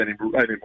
anymore